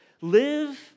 Live